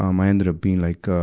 um i ended up being like, ah,